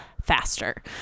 faster